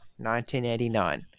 1989